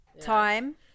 Time